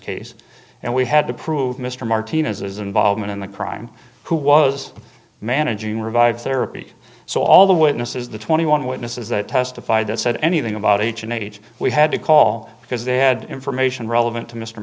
case and we had to prove mr martinez's involvement in the crime who was managing revived therapy so all the witnesses the twenty one witnesses that testified that said anything about each and age we had to call because they had information relevant to mr